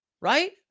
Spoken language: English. Right